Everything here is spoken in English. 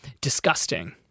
Disgusting